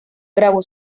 grabó